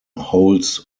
holds